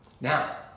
Now